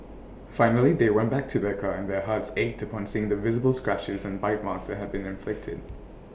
finally they went back to their car and their hearts ached upon seeing the visible scratches and bite marks that had been inflicted